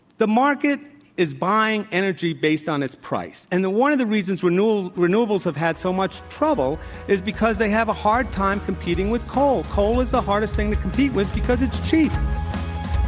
the market is buying energy based on its price, and one of the reasons renewables renewables have had so much trouble is because they have a hard time competing with coal. coal is the hardest thing to compete with because it's cheap.